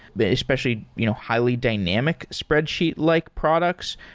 but especially you know highly dynamic spreadsheet-like products,